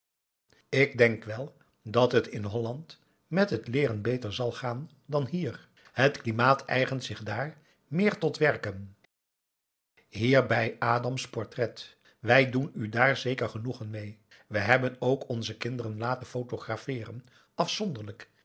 ik denk wel dat het in holland met het leeren beter zal gaan dan hier het klimaat eigent zich daar meer tot werken hierbij a's portret wij doen u daar zeker genoegen mee we hebben ook onze kinderen laten photographeeren afzonderlijk